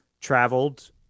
traveled